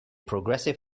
progressive